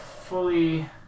fully